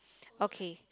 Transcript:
okay